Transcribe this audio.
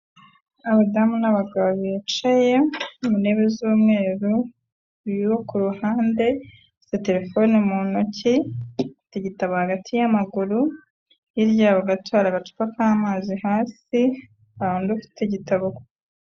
Abadamu n'abagabo bicaye mu ntebe z'umweru, uyu wo ku ruhande afite telephone mu ntoki, afite igitabo hagati y'amaguru, hirya y'aho gato hari agacupa k'amazi hasi, hari undi ufite igitabo ku...